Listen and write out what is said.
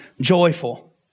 joyful